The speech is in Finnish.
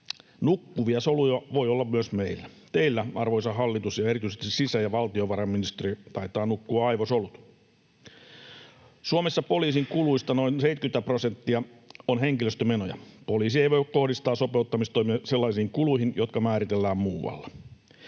Nukkuvia soluja voi olla myös meillä. Teillä, arvoisa hallitus, ja erityisesti sisä- ja valtiovarainministerillä taitavat nukkua aivosolut. Suomessa poliisin kuluista noin 70 prosenttia on henkilöstömenoja. Poliisi ei voi kohdistaa sopeuttamistoimia sellaisiin kuluihin, jotka määritellään muualla.